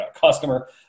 customer